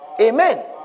Amen